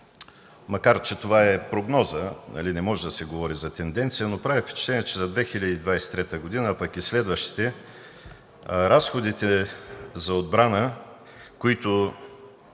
Макар че това е прогноза и не може да се говори за тенденция, прави впечатление, че за 2023 г., пък и за следващите, разходите за отбрана, които